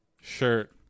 shirt